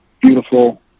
beautiful